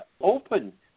open